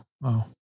wow